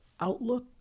outlook